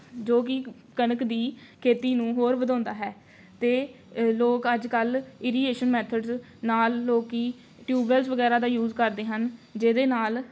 ਜੋ ਕਿ ਕਣਕ ਦੀ ਖੇਤੀ ਨੂੰ ਹੋਰ ਵਧਾਉਂਦਾ ਹੈ ਅਤੇ ਲੋਕ ਅੱਜ ਕੱਲ੍ਹ ਇਰੀਗੇਸ਼ਨ ਮੈਥਡਸ ਨਾਲ ਲੋਕ ਟਿਊਬਵੈੱਲਸ ਵਗੈਰਾ ਦਾ ਯੂਜ ਕਰਦੇ ਹਨ ਜਿਹਦੇ ਨਾਲ